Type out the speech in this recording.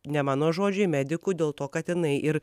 ne mano žodžiai medikų dėl to kad jinai ir